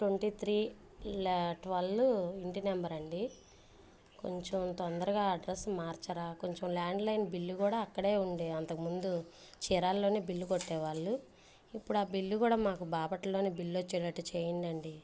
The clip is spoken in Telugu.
ట్వంటీ త్రీ లా ట్వెల్వ్ ఇంటి నెంబర్ అండి కొంచెం తొందరగా అడ్రస్ మార్చారా కొంచెం ల్యాండ్లైన్ బిల్లు కూడా అక్కడే ఉండే అంతక ముందు చీరాలలోనే బిల్లు కొట్టేవాళ్ళు ఇప్పుడా బిల్లు కూడా మాకు బాపట్లలోనే బిల్లు వచ్చేటట్టు చేయండండి